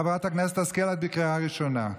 חברת הכנסת השכל, את בקריאה ראשונה.